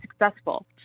successful